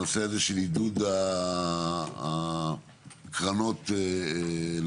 הנושא הזה של עידוד הקרנות למגורים,